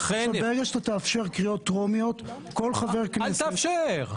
ברגע שאתה תאפשר קריאות טרומיות --- אל תאפשר.